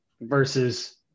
versus